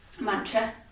mantra